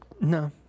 No